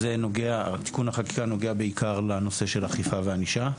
תיקון החקיקה נוגע בעיקר לנושא אכיפה וענישה.